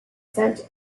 sent